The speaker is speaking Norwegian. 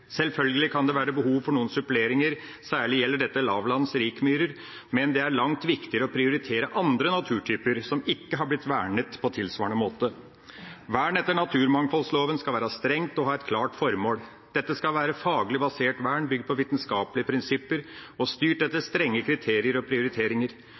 Selvfølgelig kan det være behov for noen suppleringer, særlig gjelder dette lavlands-rikmyrer, men det er langt viktigere å prioritere andre naturtyper som ikke har blitt vernet på tilsvarende måte. Vern etter naturmangfoldloven skal være strengt og ha et klart formål. Dette skal være faglig basert vern – bygd på vitenskapelige prinsipper – og styrt etter strenge kriterier og prioriteringer.